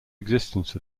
existence